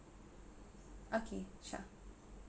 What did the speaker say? okay sure